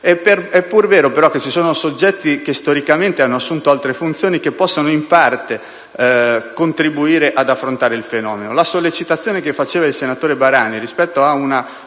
è pur vero, però, che ci sono soggetti che storicamente hanno assunto altre funzioni che possono in parte contribuire ad affrontare il fenomeno. La sollecitazione del senatore Barani rispetto a una